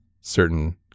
certain